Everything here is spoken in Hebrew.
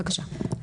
בבקשה.